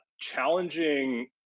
challenging